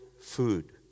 food